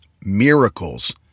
miracles